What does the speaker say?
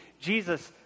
Jesus